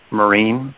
marine